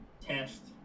test